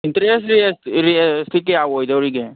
interest ꯔꯦꯠꯁꯦ ꯀꯌꯥ ꯑꯣꯏꯗꯣꯔꯤꯒꯦ